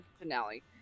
finale